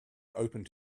opened